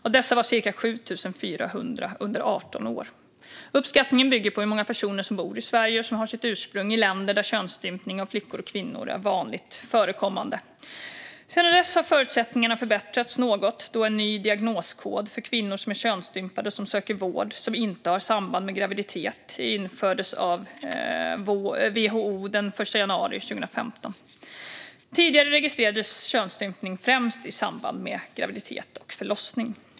Av dessa var cirka 7 400 under 18 år. Uppskattningen bygger på hur många personer som bor i Sverige och har sitt ursprung i länder där könsstympning av flickor och kvinnor är vanligt förekommande. Sedan dess har förutsättningarna förbättrats något då en ny diagnoskod för kvinnor som är könsstympade och söker vård som inte har samband med graviditet infördes av WHO den 1 januari 2015. Tidigare registrerades könsstympning främst i samband med graviditet och förlossning.